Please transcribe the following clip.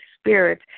Spirit